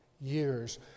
years